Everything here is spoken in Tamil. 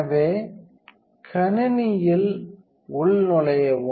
எனவே கணினியில் உள்நுழையவும்